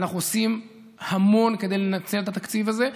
ואנחנו עושים המון כדי לנצל את התקציב הזה.